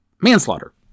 manslaughter